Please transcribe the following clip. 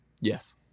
Yes